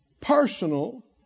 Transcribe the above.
Personal